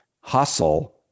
Hustle